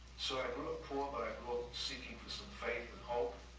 so i grew up poor, but i grew up seeking for some faith and hope.